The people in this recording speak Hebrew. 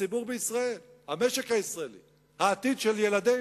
הציבור בישראל, המשק הישראלי, העתיד של ילדינו,